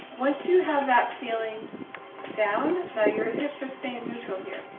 once you have that feeling down. now your hips or staying neutral here.